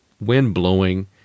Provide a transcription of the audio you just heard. wind-blowing